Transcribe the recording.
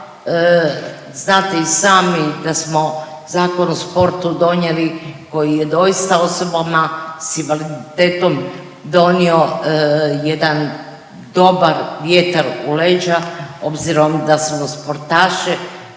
znate i sami da smo Zakon o sportu donijeli koji je doista osobama s invaliditetom donio jedan dobar vjetar u leđa, obzirom da smo sportaše